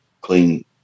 clean